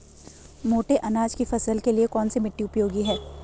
मोटे अनाज की फसल के लिए कौन सी मिट्टी उपयोगी है?